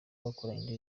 bakoranye